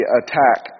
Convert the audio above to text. attack